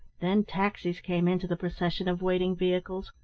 then taxis came into the procession of waiting vehicles,